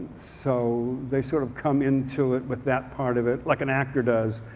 so, they sort of come into it with that part of it, like an actor does,